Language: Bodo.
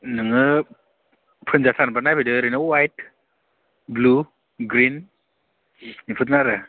नोङो फोनजाथारनोबा नायफैदो ओरैनो वाइट ब्लु ग्रिन बेफोरनो आरो